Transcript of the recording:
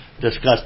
discuss